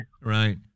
Right